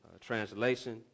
Translation